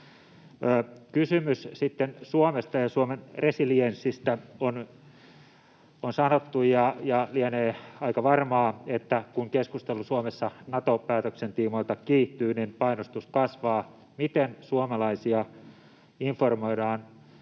Kysymys sitten Suomesta ja Suomen resilienssistä: On sanottu ja lienee aika varmaa, että kun keskustelu Suomessa Nato-päätöksen tiimoilta kiihtyy, niin painostus kasvaa. Miten suomalaisia informoidaan